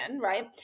right